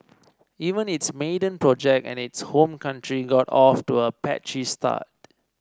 even its maiden project in its home country got off to a patchy start